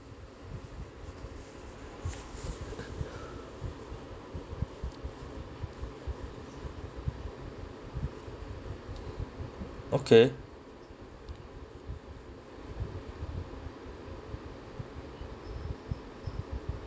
okay